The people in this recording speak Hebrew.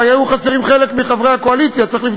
אתה יושב-ראש הכנסת עכשיו.